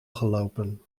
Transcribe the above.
gelopen